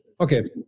okay